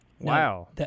Wow